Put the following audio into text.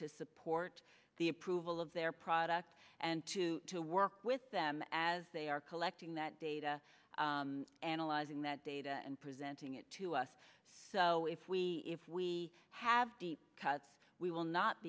to support the approval of their product and to to work with them as they are collecting that data analyzing that data and presenting it to us so if we if we have deep cuts we will not